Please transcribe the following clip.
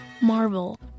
Marvel